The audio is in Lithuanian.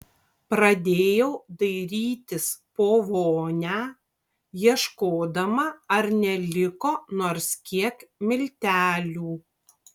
pradėjau dairytis po vonią ieškodama ar neliko nors kiek miltelių